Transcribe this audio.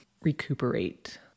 recuperate